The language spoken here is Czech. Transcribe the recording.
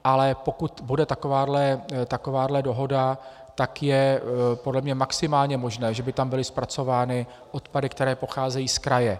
Ale pokud bude takováhle dohoda, tak je podle mě maximálně možné, že by tam byly zpracovány odpady, které pocházejí z kraje.